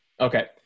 okay